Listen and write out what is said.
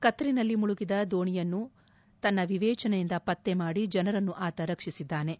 ಕತ್ತಲಿನಲ್ಲಿ ಮುಳುಗಿದ ದೋಣೆಯನ್ನು ತನ್ನ ವಿವೇಚನೆಯಿಂದ ಪತ್ತೆ ಮಾಡಿ ಜನರನ್ನು ಆತ ರಕ್ಷಿಸಿದ್ದಾನೆ